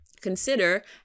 consider